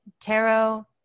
tarot